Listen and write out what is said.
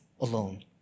alone